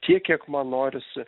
tiek kiek man norisi